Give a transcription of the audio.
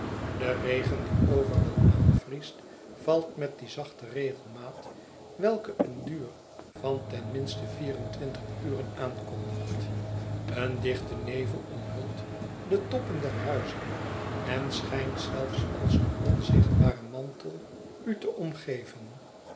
de regen die overal aanvriest valt met die zachte regelmatigheid welke een duur van ten minste vier en twintig uren aankondigt een dichte nevel omhult de toppen der huizen en schijnt zelfs als een onzichtbare mantel u te omgeven